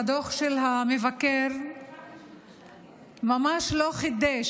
האמת היא שהדוח של המבקר ממש לא חידש,